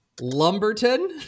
Lumberton